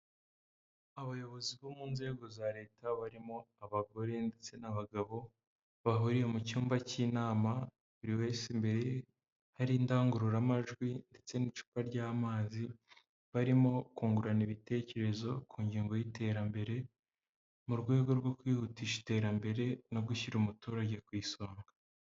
Abayobozi bo mu nzego za leta barimo abagore ndetse n'abagabo, bahuriye mu cyumba k'inama, buri wese mbere hari indangururamajwi ndetse n'icupa ry'amazi, barimo kungurana ibitekerezo ku ngingo y'iterambere, mu rwego rwo kwihutisha iterambere no gushyira umuturage ku isonga.